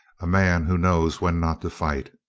a man who knows when not to fight.